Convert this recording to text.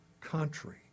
country